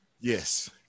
Yes